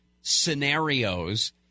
scenarios